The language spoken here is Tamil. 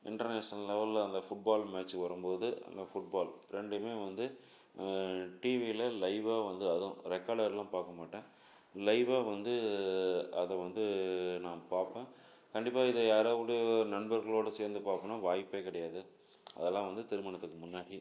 இண்டர்நேஷனல் லெவல்ல அந்த ஃபுட்பால் மேட்ச் வரும்போது அந்த ஃபுட்பால் ரெண்டுமே வந்து டிவியில் லைவாக வந்து அதுவும் ரெக்கார்டட்லாம் பார்க்க மாட்டேன் லைவாக வந்து அதை வந்து நான் பார்ப்பேன் கண்டிப்பாக இதை யாராவது நண்பர்களோட சேர்ந்து பார்க்கணுன்னா வாய்ப்பே கிடையாது அதெல்லாம் வந்து திருமணத்துக்கு முன்னாடி